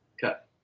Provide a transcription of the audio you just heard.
Cut